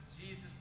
Jesus